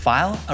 File